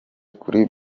kuri